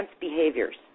behaviors